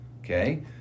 okay